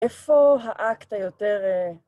איפה האקט היותר...